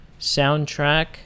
soundtrack